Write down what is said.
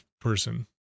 person